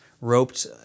roped